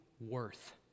worth